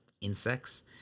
insects